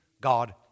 God